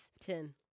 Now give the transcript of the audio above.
Ten